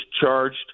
charged